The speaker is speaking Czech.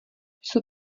jsou